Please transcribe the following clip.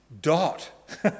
dot